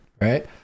right